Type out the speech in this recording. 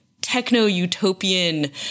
techno-utopian